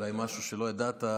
אולי משהו שלא ידעת,